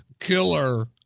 Killer